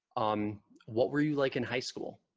um what were you like in high school